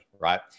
Right